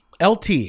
LT